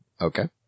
Okay